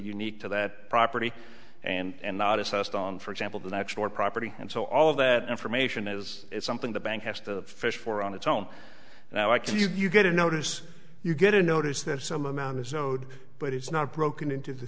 unique to that property and not assessed on for example the next door property and so all of that information is something the bank has to fish for on its own now i can you get a notice you get a notice that some amount is owed but it's not broken into the